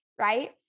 right